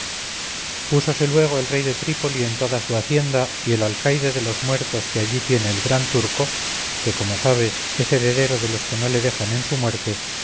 púsose luego el rey de trípol en toda su hacienda y el alcaide de los muertos que allí tiene el gran turco que como sabes es heredero de los que no le dejan en su muerte